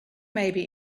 maybe